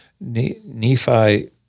Nephi